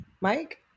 Mike